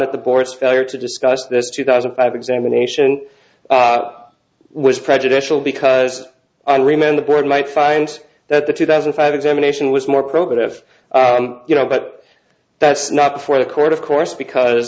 that the board's failure to discuss this two thousand five examination was prejudicial because and remained the board might find that the two thousand five examination was more probative you know but that's not before the court of course because